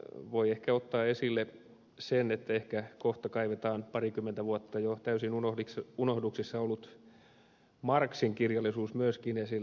voi ehkä ottaa esille sen että ehkä kohta kaivetaan parikymmentä vuotta jo täysin unohduksissa ollut marxin kirjallisuus myöskin esille